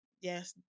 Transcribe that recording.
Yes